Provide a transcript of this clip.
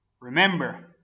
Remember